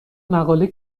مقاله